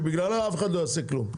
שבגללה אף אחד לא יעשה כלום.